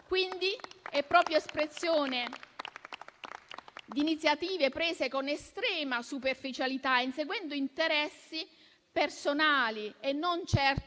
sono proprio espressione di iniziative prese con estrema superficialità, inseguendo interessi personali e non certo